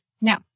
Now